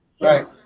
Right